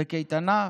בקייטנה,